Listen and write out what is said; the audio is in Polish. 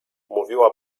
mówiła